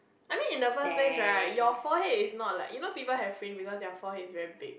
I mean in the first place right your forehead is not like you know people have fringe because their forehead is big